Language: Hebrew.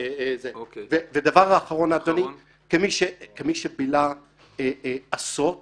והדבר האחרון אדוני: כמי שבילה עשרות